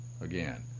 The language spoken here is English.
Again